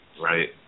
Right